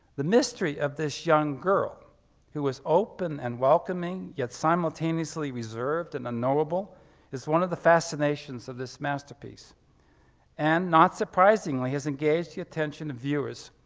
the mystery of this young girl who is open and welcoming and yet simultaneously reserved and unknowable is one of the fascinations of this masterpiece and, not surprisingly, has engaged the attention of viewers